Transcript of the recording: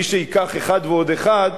מי שייקח אחד ועוד אחד,